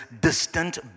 distant